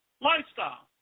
lifestyle